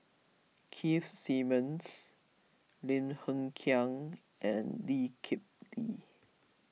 Keith Simmons Lim Hng Kiang and Lee Kip Lee